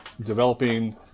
developing